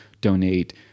donate